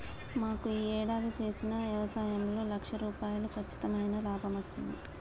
మాకు యీ యేడాది చేసిన యవసాయంలో లక్ష రూపాయలు కచ్చితమైన లాభమచ్చింది